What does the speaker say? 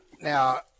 Now